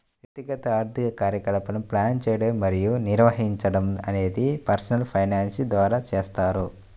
వ్యక్తిగత ఆర్థిక కార్యకలాపాలను ప్లాన్ చేయడం మరియు నిర్వహించడం అనేది పర్సనల్ ఫైనాన్స్ ద్వారా చేస్తారు